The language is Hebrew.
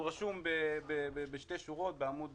הוא רשום בשתי שורות בחומר שהתקבל מחברת הביטוח בעמוד